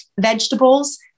vegetables